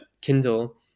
Kindle